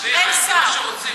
אין שר.